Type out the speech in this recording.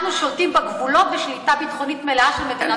אנחנו שולטים בגבולות בשליטה ביטחונית מלאה של מדינת ישראל.